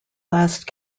last